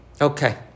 Okay